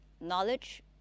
knowledge